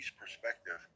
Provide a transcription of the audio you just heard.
perspective